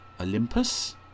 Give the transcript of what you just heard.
Olympus